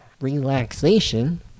relaxation